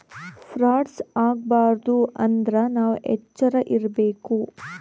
frauds ಆಗಬಾರದು ಅಂದ್ರೆ ನಾವ್ ಎಚ್ರ ಇರ್ಬೇಕು